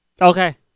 Okay